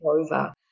over